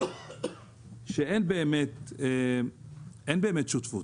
שאין באמת שותפות,